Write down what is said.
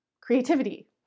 Creativity